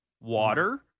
Water